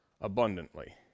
abundantly